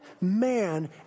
man